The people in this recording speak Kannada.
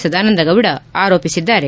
ಸದಾನಂದ ಗೌದ ಆರೋಪಿಸಿದ್ದಾರೆ